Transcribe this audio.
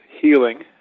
healing